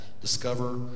Discover